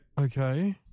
Okay